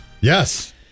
Yes